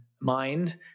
mind